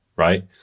right